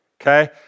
okay